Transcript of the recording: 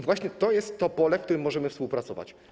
Właśnie to jest pole, na którym możemy współpracować.